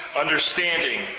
understanding